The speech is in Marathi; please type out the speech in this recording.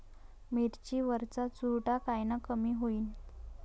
मिरची वरचा चुरडा कायनं कमी होईन?